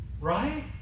Right